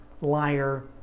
liar